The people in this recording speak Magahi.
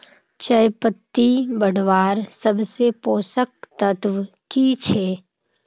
चयपत्ति बढ़वार सबसे पोषक तत्व की छे?